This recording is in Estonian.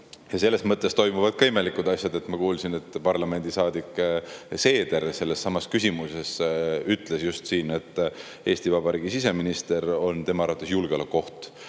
selles mõttes toimuvad ka imelikud asjad, et ma kuulsin, et parlamendi liige Seeder sellessamas küsimuses ütles siin, et Eesti Vabariigi siseminister on tema arvates julgeolekuoht.